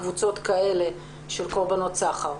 קבוצות כאלה של קורבנות סחר.